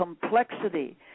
complexity